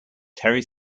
terry